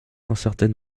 incertaine